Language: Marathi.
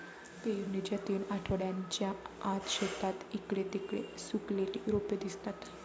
पेरणीच्या तीन आठवड्यांच्या आत, शेतात इकडे तिकडे सुकलेली रोपे दिसतात